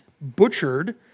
butchered